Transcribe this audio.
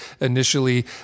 initially